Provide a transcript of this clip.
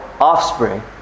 offspring